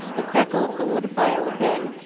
the crackle of the wood fire within,